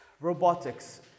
Robotics